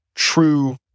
true